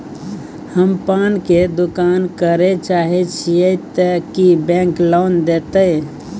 हम पान के दुकान करे चाहे छिये ते की बैंक लोन देतै?